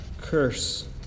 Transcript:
curse